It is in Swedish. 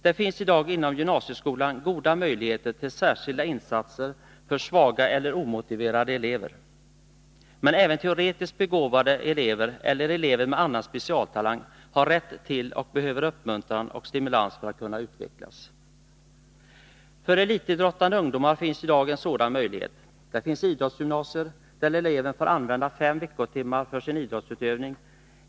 Det finns i dag inom gymnasieskolan goda möjligheter till särskilda insatser för svaga eller omotiverade elever. Men även teoretiskt begåvade elever eller elever med annan specialtalang har rätt till och behöver uppmuntran och stimulans för att kunna utvecklas. För elitidrottande ungdomar finns i dag en sådan möjlighet. Det finns idrottsgymnasier, där eleven får använda fem veckotimmar för sin idrottsutövning.